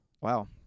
wow